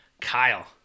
Kyle